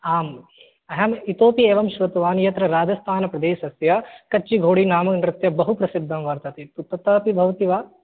आम् अहम् इतोऽपि एवं श्रुतवान् यत्र राजस्थानप्रदेसस्य कच्छीघोड़ीनाम नृत्यं बहुप्रसिद्धं वर्तते तत् तु अपि भवति वा